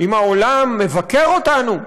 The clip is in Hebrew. אם העולם מבקר אותנו,